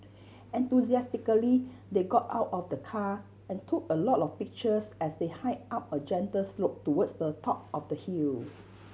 enthusiastically they got out of the car and took a lot of pictures as they hiked up a gentle slope towards the top of the hill